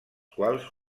quals